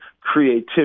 creativity